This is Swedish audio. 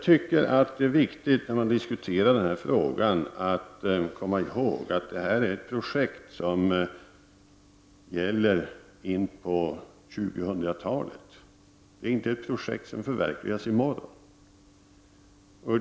När man diskuterar denna fråga är det viktigt att komma ihåg att detta är ett projekt som sträcker sig in på 2000-talet. Det är inte ett projekt som förverkligas i morgon.